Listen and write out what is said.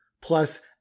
plus